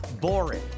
boring